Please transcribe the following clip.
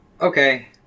Okay